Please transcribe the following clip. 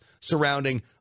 surrounding